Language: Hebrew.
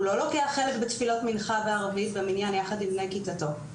הוא לא לוקח חלק בתפילות מנחה וערבית במניין יחד עם בני כיתתו,